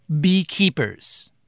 beekeepers